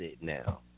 now